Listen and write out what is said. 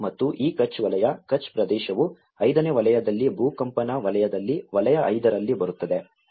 ಮತ್ತು ಈ ಕಚ್ ವಲಯ ಕಚ್ ಪ್ರದೇಶವು ಐದನೇ ವಲಯದಲ್ಲಿ ಭೂಕಂಪನ ವಲಯದಲ್ಲಿ ವಲಯ 5 ರಲ್ಲಿ ಬರುತ್ತದೆ